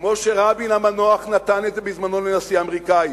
כמו שרבין המנוח נתן בזמנו לנשיא האמריקני,